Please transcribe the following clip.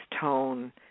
tone